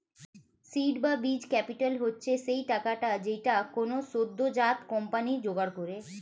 seed বা বীজ capital হচ্ছে সেই টাকাটা যেইটা কোনো সদ্যোজাত কোম্পানি জোগাড় করে